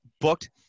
booked